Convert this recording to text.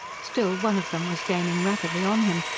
still, one of them was gaining rapidly on him,